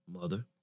mother